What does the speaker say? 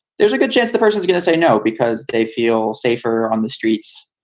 there's a good chance the person is going to say no because they feel safer on the streets.